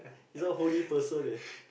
he's some holy person leh